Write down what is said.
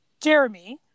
jeremy